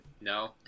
No